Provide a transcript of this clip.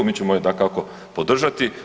Mi ćemo je dakako podržati.